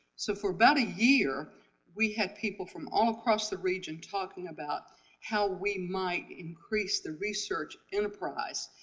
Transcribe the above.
so for about a year we had people from all across the region talking about how we might increase the research enterprise,